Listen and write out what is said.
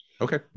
Okay